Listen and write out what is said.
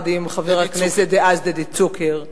דדי צוקר.